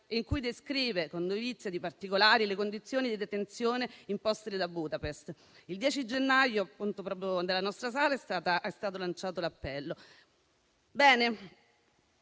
in cui descrive con dovizia di particolari le condizioni di detenzione impostele da Budapest? Il 10 gennaio è stato lanciato l'appello.